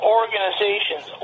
organizations